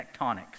tectonics